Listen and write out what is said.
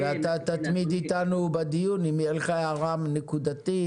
ואתה תתמיד איתנו בדיון, אם תהיה לך הערה נקודתית.